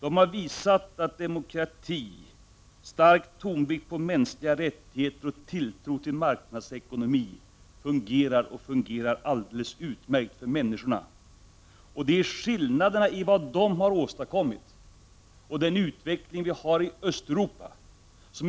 EG har visat att demokratin, den starka tonvikten på mänskliga rättigheter och tilltron till marknadsekonomin fungerar alldeles utmärkt för människorna. Det är stora skillnader i vad länderna i EG har åstadkommit och den utveckling som vi har i Östeuropa.